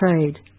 trade